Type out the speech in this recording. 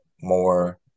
more